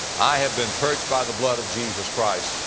i have been purged by the blood of jesus christ.